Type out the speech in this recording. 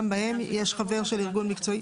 גם בהם יש חבר של ארגן מקצועי.